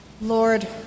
Lord